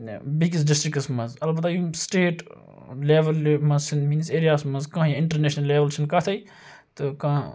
بیٚکِس ڈِسٹرکَس مَنٛز اَلبَتہ یِم سٹیٹ لیٚولہِ مَنٛز سٲنٛۍ میٲنِس ایریاہَس مَنٛز کٕہٕنۍ اِنٹَرنیشنَل لیٚوَل چھنہٕ کَتھٕے تہٕ کانٛہہ